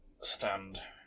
stand